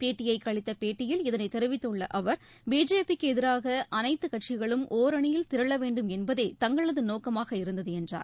பிடிஐக்கு அளித்த பேட்டியில் இதனைத் தெரிவித்துள்ள அவர் பிஜேபிக்கு எதிராக அனைத்து கட்சிகளும் ஓரணியில் திரள வேண்டும் என்பதே தங்களது நோக்கமாக இருந்தது என்றார்